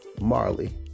Marley